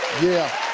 yeah.